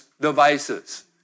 devices